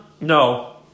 No